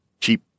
cheap